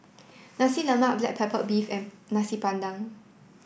Nasi Lemak black pepper beef and Nasi Padang